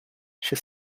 she